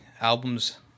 albums